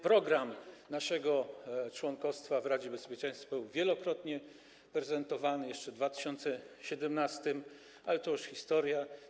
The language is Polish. Program naszego członkostwa w Radzie Bezpieczeństwa był wielokrotnie prezentowany jeszcze w 2017 r., ale to już historia.